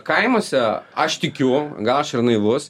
kaimuose aš tikiu gal aš ir naivus